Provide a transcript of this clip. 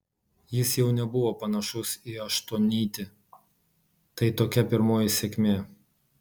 jis jau nebuvo panašus į aštuonnytį tai tokia pirmoji sėkmė